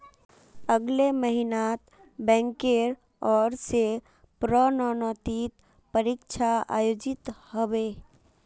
अगले महिनात बैंकेर ओर स प्रोन्नति परीक्षा आयोजित ह बे